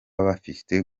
bafite